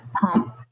pump